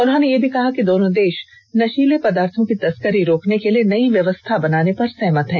उन्होंने कहा कि दोनों देश नशीले पदार्थों की तस्करी रोकने के लिए नई व्यवस्था बनाने पर सहमत हुए हैं